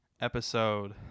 episode